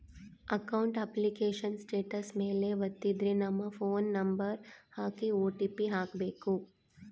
account application status ಮೇಲೆ ವತ್ತಿದ್ರೆ ನಮ್ ಫೋನ್ ನಂಬರ್ ಹಾಕಿ ಓ.ಟಿ.ಪಿ ಹಾಕ್ಬೆಕು